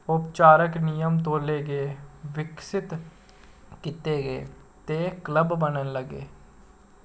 औपचारक नियम तौले गै विकसत कीते गे ते क्लब बनन लगे